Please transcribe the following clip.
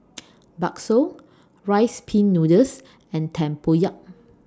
Bakso Rice Pin Noodles and Tempoyak